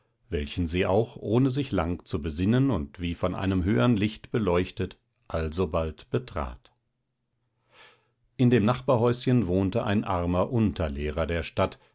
welchen sie auch ohne sich lange zu besinnen und wie von einem höhern licht erleuchtet alsobald betrat in dem nachbarhäuschen wohnte ein armer unterlehrer der stadt